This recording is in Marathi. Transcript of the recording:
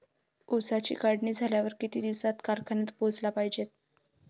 ऊसाची काढणी झाल्यावर किती दिवसात कारखान्यात पोहोचला पायजे?